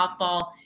softball